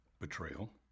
betrayal